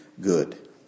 good